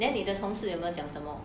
then 你的同事有没有讲什么